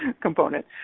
component